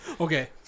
Okay